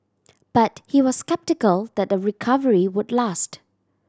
but he was sceptical that the recovery would last